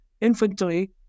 infantry